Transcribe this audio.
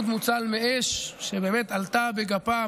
אוד מוצל מאש, שבאמת עלתה בגפה.